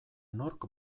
nork